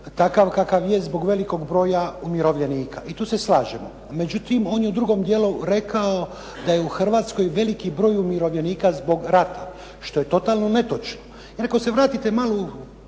takav kakav je zbog velikog broja umirovljenika. I tu se slažemo. Međutim, on je u drugom dijelu rekao da je u Hrvatskoj veliki broj umirovljenika zbog rata, što je totalno netočno.